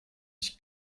ich